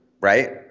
right